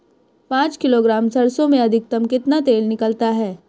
पाँच किलोग्राम सरसों में अधिकतम कितना तेल निकलता है?